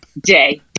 day